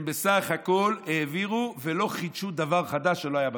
הם בסך הכול העבירו ולא חידשו דבר חדש שלא היה בתורה,